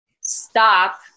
stop